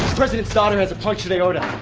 president's daughter has a puncture aorta.